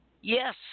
Yes